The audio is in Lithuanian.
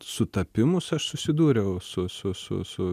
sutapimus aš susidūriau su su su su